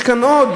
יש כאן עוד,